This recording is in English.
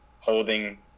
holding